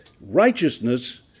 righteousness